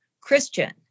Christian